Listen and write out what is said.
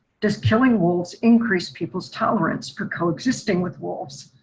does killing wolves increase people's tolerance for coexisting with wolves?